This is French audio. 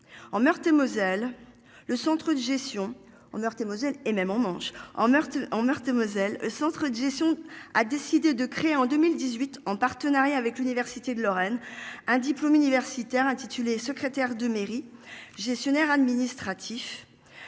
en Meurthe-et-Moselle, centre de gestion a décidé de créer en 2018 en partenariat avec l'Université de Lorraine, un diplôme universitaire intitulé secrétaire de mairie, gestionnaire administratif.